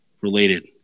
related